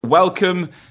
Welcome